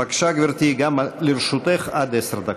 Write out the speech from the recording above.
בבקשה, גברתי, גם לרשותך עד עשר דקות.